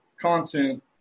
content